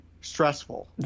stressful